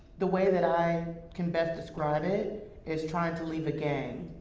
the way that i can best describe it is trying to leave a gang.